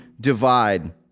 divide